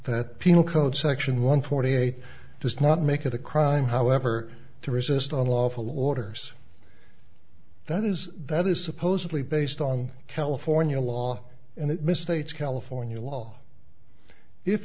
that penal code section one forty eight does not make it a crime however to resist on lawful orders that is that is supposedly based on california law and it misstates california law if